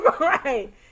Right